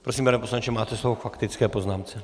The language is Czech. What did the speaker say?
Prosím, pane poslanče, máte slovo k faktické poznámce.